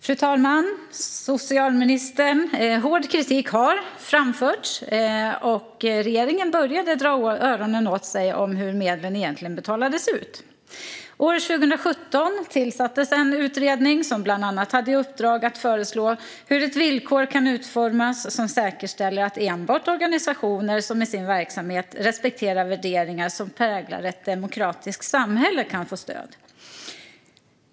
Fru talman! Hård kritik har framförts, och regeringen har börjat dra öronen åt sig när det gäller hur medlen egentligen betalats ut. År 2017 tillsattes en utredning som bland annat hade i uppdrag att föreslå hur ett villkor kan utformas som säkerställer att enbart organisationer som i sin verksamhet respekterar värderingar som präglar ett demokratiskt samhälle kan få stöd.